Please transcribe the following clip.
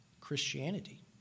Christianity